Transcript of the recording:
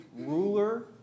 ruler